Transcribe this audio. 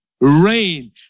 Rain